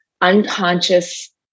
unconscious